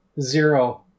zero